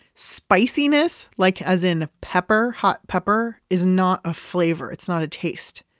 spiciness, like as in pepper, hot pepper is not a flavor. it's not a taste.